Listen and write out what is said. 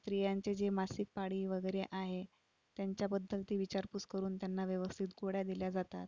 स्त्रियांचे जे मासिक पाळी वगैरे आहे त्यांच्याबद्दल ते विचारपूस करून त्यांना व्यवस्थित गोळ्या दिल्या जातात